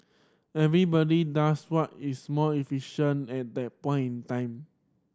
everybody does what is most efficient at that point time